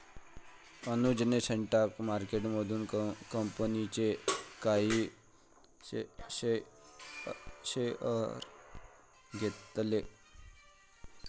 अनुजने स्टॉक मार्केटमधून कंपनीचे काही शेअर्स घेतले